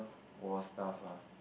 war stuff ah